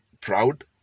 proud